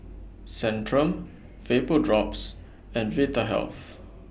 Centrum Vapodrops and Vitahealth